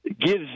gives